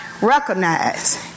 Recognize